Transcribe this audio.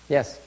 Yes